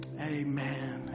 amen